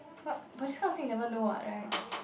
what but this kind of thing you never know what right